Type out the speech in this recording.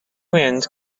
wind